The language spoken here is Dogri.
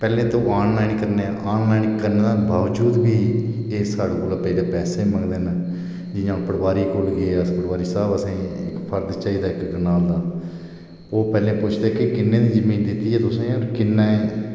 पैह्लें ते ओह् ऑनलाईन करने ते ऑनलाईन कराने दे बावजूद बी एह् साढ़े कोला बड़े पैसे मंगदे न जियां अस पटवारी कोल गे कि पटवारी साह्ब असें इक्क फर्द चाहिदा इक्क कनाल दा ते ओह् पैह्लें पुछदे कि किन्ने दी जमीन दित्ती ऐ तुसें होर किन्ने